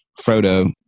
Frodo